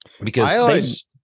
because-